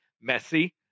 messy